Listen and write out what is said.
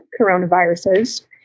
coronaviruses